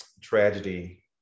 tragedy